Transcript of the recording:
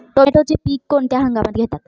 टोमॅटोचे पीक कोणत्या हंगामात घेतात?